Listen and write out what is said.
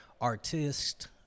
artist